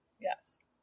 yes